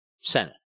Senate